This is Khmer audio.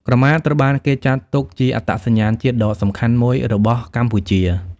ក្រមាត្រូវបានគេចាត់ទុកជា អត្តសញ្ញាណជាតិ ដ៏សំខាន់មួយរបស់កម្ពុជា។